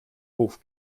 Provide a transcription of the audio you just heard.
hof